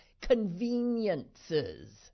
conveniences